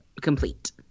complete